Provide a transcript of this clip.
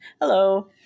hello